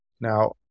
Now